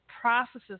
processes